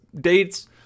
dates